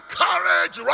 courage